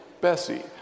Bessie